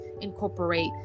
incorporate